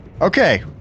Okay